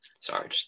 sorry